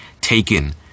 taken